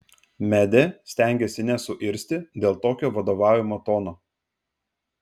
medė stengėsi nesuirzti dėl tokio vadovaujamo tono